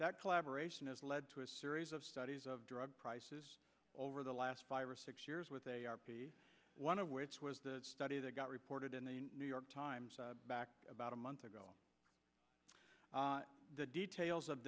that collaboration has led to a series of studies of drug prices over the last five or six years with a a r p one of which was the study that got reported in the new york times back about a month ago the details of